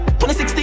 2016